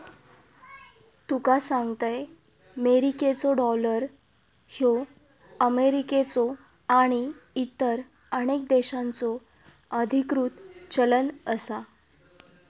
तुका सांगतंय, मेरिकेचो डॉलर ह्यो अमेरिकेचो आणि इतर अनेक देशांचो अधिकृत चलन आसा